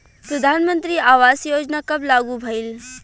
प्रधानमंत्री आवास योजना कब लागू भइल?